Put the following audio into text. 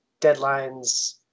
deadlines